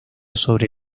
sobre